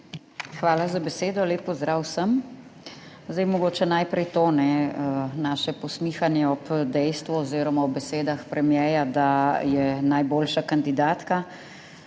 Hvala za besedo. Lep pozdrav vsem! Zdaj mogoče najprej to naše posmihanje ob dejstvu oziroma ob besedah premierja, da je najboljša kandidatka.